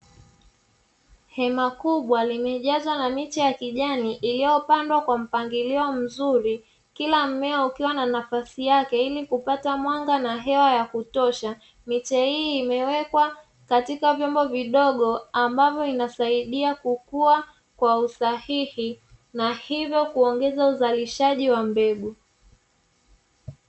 Hema kubwa limejazwa na miche ya kijani iliyopandwa kwa mpangilio mzuri kila mmea ukiwa na nafasi yake ili kupata mwanga na hewa ya kutosha miche hii imewekwa katika vyombo vidogo ambavyo inasaidia kukua kwa usahihi na hivyo kuongeza uzalishaji wa mbegu.